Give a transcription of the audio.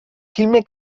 filme